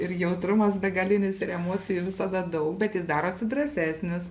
ir jautrumas begalinis ir emocijų visada daug bet jis darosi drąsesnis